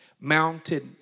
mounted